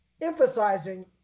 emphasizing